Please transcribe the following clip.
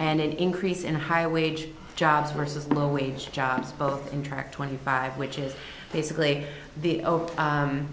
and an increase in higher wage jobs versus low wage jobs both in track twenty five which is basically the over